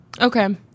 Okay